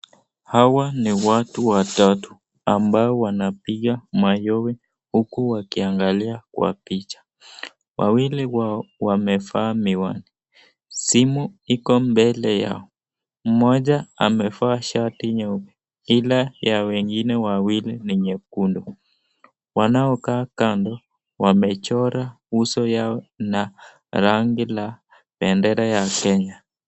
Hawa ni watu watatu ambao wanapiga mayowe huku wakiangalia kwa picha. Wawili wao wamevaa miwani. Simu iko mbele yao. Moja amevaa shati nyeupe ila ya wengine wawili ni nyekundu. Wanao kaa kando wamechira uso wao na rangi la bendera ya Kenya.